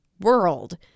world